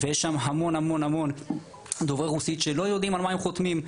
יש שם המון-המון דוברי רוסית שלא יודעים על מה הם חותמים.